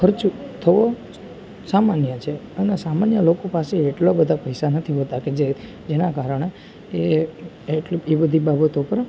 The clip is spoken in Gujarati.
ખર્ચ થવો સામાન્ય છે અને સામાન્ય લોકો પાસે એટલા બધા પૈસા નથી હોતા કે જે જેના કારણે એ એટલું એ બધી બાબતો પર